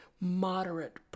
moderate